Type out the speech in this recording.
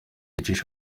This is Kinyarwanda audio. yicisha